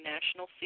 National